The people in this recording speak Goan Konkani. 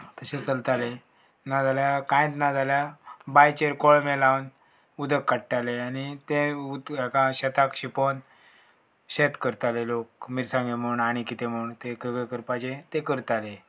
तशें चलताले ना जाल्यार कांयच ना जाल्यार बांयचेर कळमे लावन उदक काडटाले आनी तें उद् हेका शेताक शिंपोन शेत करताले लोक मिरसांगे म्हूण आनी कितें म्हूण तें करपाचे ते करताले